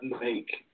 make